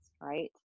right